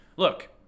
look